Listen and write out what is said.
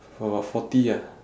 about forty ah